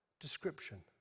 description